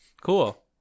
cool